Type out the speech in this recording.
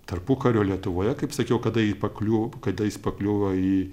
tarpukario lietuvoje kaip sakiau kada ji pakliuvo kada jis pakliuvo į